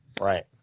Right